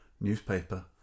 newspaper